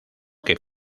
que